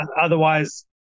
otherwise